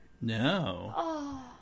no